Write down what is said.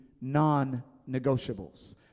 non-negotiables